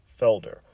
Felder